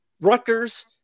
Rutgers